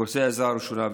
קורסי עזרה ראשונה.